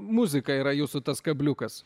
muzika yra jūsų tas kabliukas